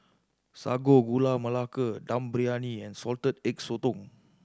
Sago Gula Melaka Dum Briyani and Salted Egg Sotong